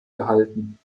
gehalten